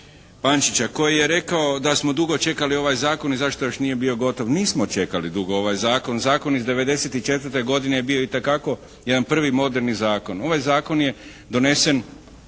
Pančića koji je rekao da smo dugo čekali ovaj zakon i zašto još nije bio gotov. Nismo čekali dugo ovaj zakon. Zakon iz 1994. godine je bio itekako jedan prvi moderni zakon. Ovaj zakon je donesen